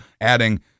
adding